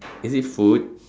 is it food